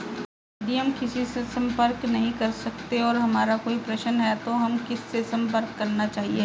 यदि हम किसी से संपर्क नहीं कर सकते हैं और हमारा कोई प्रश्न है तो हमें किससे संपर्क करना चाहिए?